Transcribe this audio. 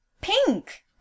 Pink